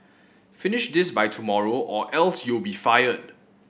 finish this by tomorrow or else you'll be fired